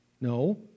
No